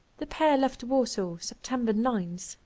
the pair left warsaw september nine,